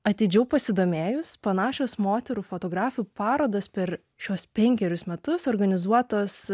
atidžiau pasidomėjus panašios moterų fotografių parodos per šiuos penkerius metus organizuotos